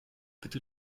bitte